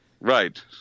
Right